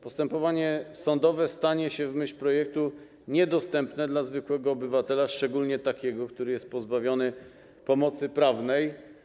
Postępowanie sądowe stanie się w myśl projektu niedostępne dla zwykłego obywatela, szczególnie takiego, który jest pozbawiony pomocy prawnej.